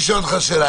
אני שואל אותך שאלה,